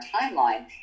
timeline